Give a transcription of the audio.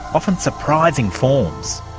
often surprising forms.